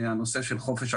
מהנושא של חופש אקדמי.